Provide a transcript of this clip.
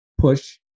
push